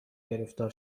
گرفتار